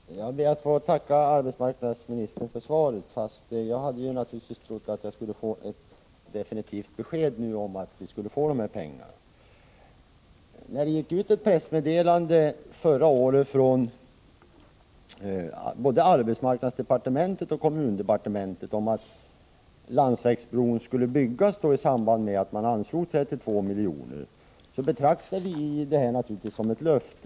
Herr talman! Jag ber att få tacka arbetsmarknadsministern för svaret. Jag hade naturligtvis trott att jag skulle få ett definitivt besked om att vi skulle få de begärda pengarna. Förra året gick man ut med ett pressmeddelande både från arbetsmarknadsdepartementet och från kommundepartementet om att den aktuella landsvägsbron skulle byggas i samband med att 32 milj.kr. 3” Prot. 1985/86:101 = anslogs, och detta uppfattade vi självfallet som ett löfte.